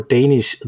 Danish